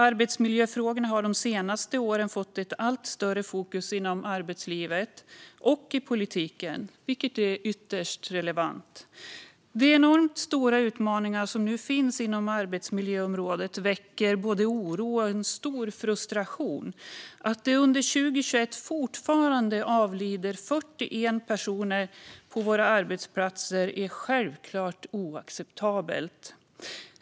Arbetsmiljöfrågorna har de senaste åren fått ett allt större fokus inom arbetslivet och i politiken, vilket är ytterst relevant. De enormt stora utmaningar som nu finns inom arbetsmiljöområdet väcker både oro och en stor frustration. Att det fortfarande under 2021 avled 41 personer på våra arbetsplatser är självklart oacceptabelt.